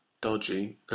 dodgy